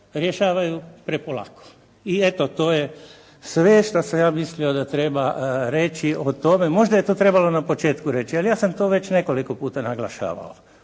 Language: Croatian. rješavaju prepolako i eto to je sve što sam ja mislio da treba reći o tome. Možda je to trebalo na početku reći, ali ja sam to već nekoliko puta naglašavao.